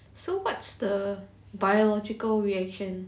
so what's the biological reaction